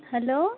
hello